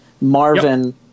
Marvin